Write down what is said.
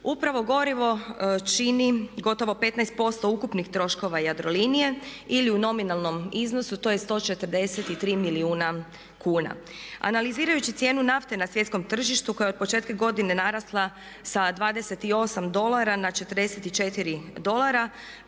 Upravo gorivo čini gotovo 15% ukupnih troškova Jadrolinije ili u nominalnom iznosu to je 143 milijuna kuna. Analizirajući cijenu nafte na svjetskom tržištu koja je od početka godine narasla sa 28 dolara na 44 dolara.